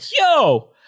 Yo